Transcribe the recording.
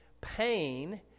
pain